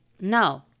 no